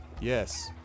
Yes